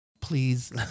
Please